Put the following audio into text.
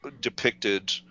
depicted